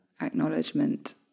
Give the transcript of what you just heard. acknowledgement